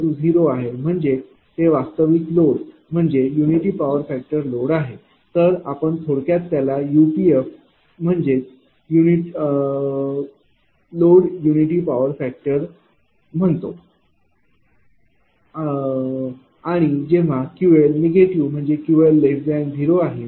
तर आणि जेव्हा QL 0 आहे म्हणजेच ते वास्तविक लोड म्हणजे युनिटी पॉवर फॅक्टर लोड आहे तर थोडक्यात आपण त्याला UPF load unity power factor load म्हणतो आणि जेव्हा QLनिगेटिव्ह म्हणजे QL0 आहे